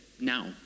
now